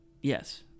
yes